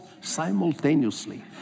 simultaneously